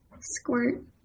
Squirt